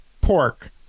Pork